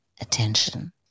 attention